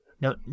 No